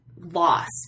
Lost